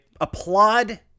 applaud